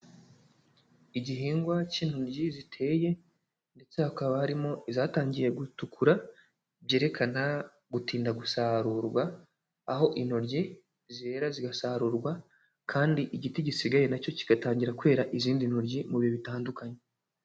Igihingwa cy'intoryi ziteye ndetse hakaba harimo izatangiye gutukura byerekana gutinda gusarurwa, aho intoryi zera zigasarurwa kandi igiti gisigaye na cyo kigatangira kwera izindi ntoryi mu bihe bitandukanye.